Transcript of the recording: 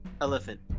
Elephant